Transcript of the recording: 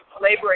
laboring